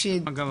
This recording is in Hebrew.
אגב,